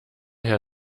hier